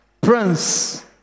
Prince